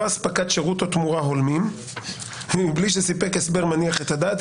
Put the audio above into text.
אספקת שירות או תמורה הולמים ובלי שסיפק הסבר מניח את הדעת,